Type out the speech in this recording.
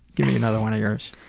give me another one yours.